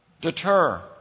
deter